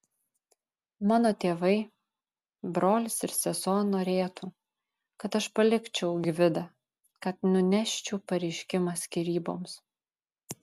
mano tėvai brolis ir sesuo norėtų kad aš palikčiau gvidą kad nuneščiau pareiškimą skyryboms